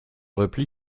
repli